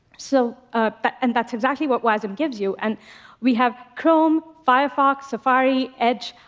so ah but and that's exactly what wasm gives you. and we have chrome, firefox, safari, edge,